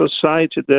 society